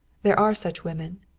there are such women,